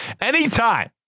Anytime